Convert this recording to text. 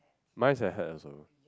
mine is a hat also